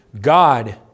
God